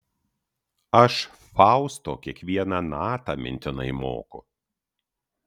aš fausto kiekvieną natą mintinai moku